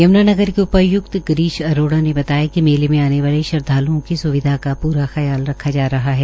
यम्नानगर के उपाय्क्त गिरीश अरोड़ा ने बताया कि मेले में आने वाले श्रद्वालूओं की स्विधा का पूरा ख्याल रखा जा रहा है